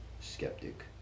Skeptic